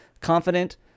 confident